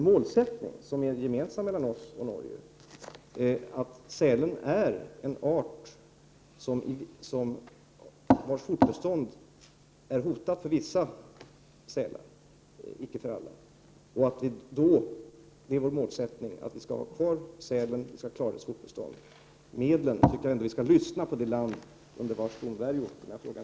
Målsättningen är ju gemensam för oss. Vi vet att vissa sälars fortbestånd är hotat men inte allas. Vi skall ha kvar sälarna, och vi skall klara fortbeståndet. Men när det gäller medlen skall vi ändå lyssna till det land under vars domvärjo frågan